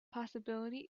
possibility